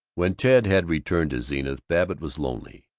when ted had returned to zenith, babbitt was lonely.